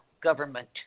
government